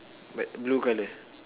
but blue colour